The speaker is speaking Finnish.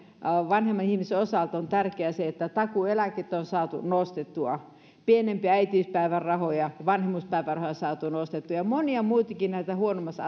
vanhemman ihmisen osalta on tärkeää se että takuueläkkeitä on on saatu nostettua pienimpiä äitiyspäivärahoja vanhemmuuspäivärahoja on saatu nostettua ja monia muitakin huonommassa